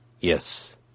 Yes